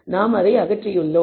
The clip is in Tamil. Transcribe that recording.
நாம் அதை அகற்றியுள்ளோம்